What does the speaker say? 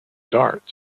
darts